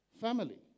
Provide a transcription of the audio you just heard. Family